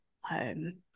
home